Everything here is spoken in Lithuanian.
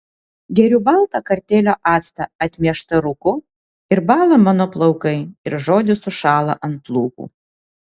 geriu baltą kartėlio actą atmieštą rūku ir bąla mano plaukai ir žodis sušąla ant lūpų